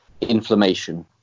inflammation